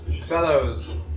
Fellows